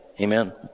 Amen